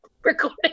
recording